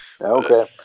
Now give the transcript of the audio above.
okay